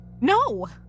No